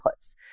inputs